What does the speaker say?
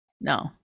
no